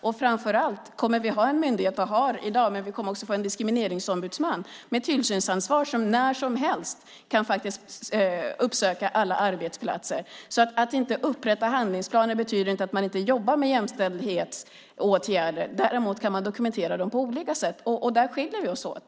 Det finns en myndighet i dag, men framför allt kommer vi att få en diskrimineringsombudsman med tillsynsansvar som när som helst kan uppsöka alla arbetsplatser. Att inte upprätta handlingsplaner betyder inte att man inte jobbar med jämställdhetsåtgärder. Däremot kan man dokumentera dem på olika sätt. Där skiljer vi oss åt.